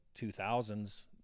2000s